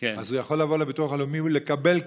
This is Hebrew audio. הוא יכול לבוא לביטוח הלאומי ולקבל כרטיס.